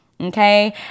Okay